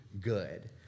good